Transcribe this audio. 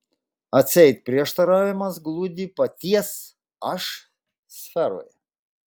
atseit prieštaravimas glūdi paties aš sferoje